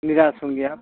निराश होंगे आप